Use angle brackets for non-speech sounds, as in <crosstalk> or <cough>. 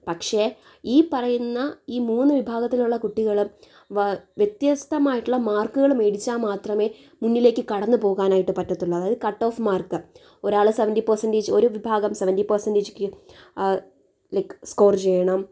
പക്ഷേ ഈ പറയുന്ന ഈ മൂന്നു വിഭാഗത്തിലുള്ള കുട്ടികളും വ്യത്യസ്തമായിട്ടുള്ള മാർക്കുകൾ മേടിച്ചാൽ മാത്രമേ മുന്നിലേക്ക് കടന്നുപോകാനായിട്ട് പറ്റത്തുള്ളൂ അതായത് കട്ട് ഓഫ് മാർക്ക് ഒരാൾ സെവന്റി പെർസന്റേജ് ഒരു വിഭാഗം സെവന്റി പെർസന്റേജ് <unintelligible> ലൈക്ക് സ്കോര് ചെയ്യണം